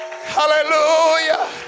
Hallelujah